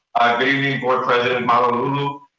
good evening board president malauulu,